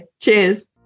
Cheers